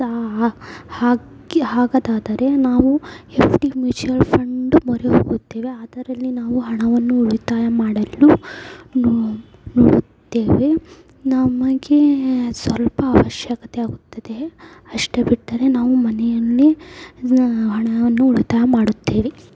ಹಕ್ಕಿ ಆಗದಾದರೆ ನಾವು ಎಫ್ ಡಿ ಮ್ಯೂಚುವಲ್ ಫಂಡ್ ಮೊರೆ ಹೋಗುತ್ತೇವೆ ಅದರಲ್ಲಿ ನಾವು ಹಣವನ್ನು ಉಳಿತಾಯ ಮಾಡಲು ನೋಡುತ್ತೇವೆ ನಮಗೆ ಸ್ವಲ್ಪ ಅವಶ್ಯಕತೆ ಆಗುತ್ತದೆ ಅಷ್ಟೇ ಬಿಟ್ಟರೆ ನಾವು ಮನೆಯಲ್ಲೇ ಹಣವನ್ನು ಉಳಿತಾಯ ಮಾಡುತ್ತೇವೆ